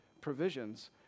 provisions